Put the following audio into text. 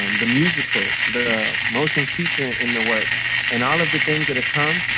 um the musical, the motion featuring in the works, and all of the things that have come.